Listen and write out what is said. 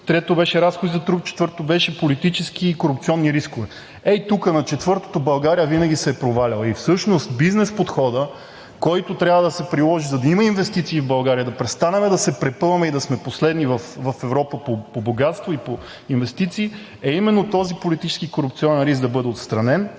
третото беше разходи за труд, четвъртото беше политически и корупционни рискове. Ето тук, на четвъртото, България винаги се е проваляла. Всъщност бизнес подходът, който трябва да се приложи, за да има инвестиции в България, да престанем да се препъваме и да сме последни в Европа по богатство и по инвестиции, е именно този политически корупционен риск да бъде отстранен.